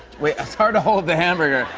wait. it's hard to hold the hamburger.